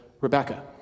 Rebecca